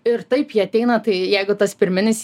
ir taip jie ateina tai jeigu tas pirminis